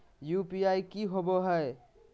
UPI की होवे है?